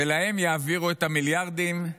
ולהם יעבירו את המיליארדים,